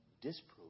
disprove